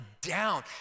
down